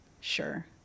Sure